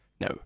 No